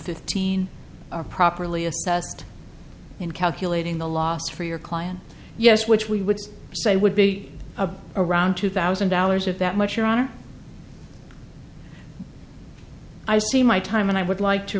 fifteen are properly assessed in calculating the loss for your client yes which we would say would be a around two thousand dollars if that much your honor i see my time and i would like to